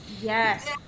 Yes